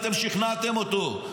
אתם שכנעתם אותו.